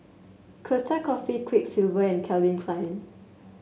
Costa Coffee Quiksilver and Calvin Klein